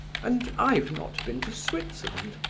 and i've not been to switzerland,